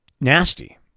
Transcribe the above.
nasty